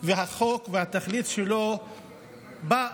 ועל החוק והתכלית שלו שבאה